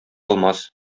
алмас